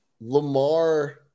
Lamar